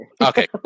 okay